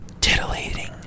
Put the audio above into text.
Titillating